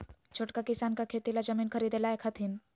छोटका किसान का खेती ला जमीन ख़रीदे लायक हथीन?